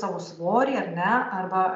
savo svorį ar ne arba